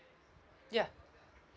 ya